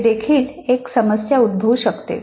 ही देखील एक समस्या उद्भवू शकते